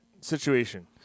situation